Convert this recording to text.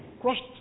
crushed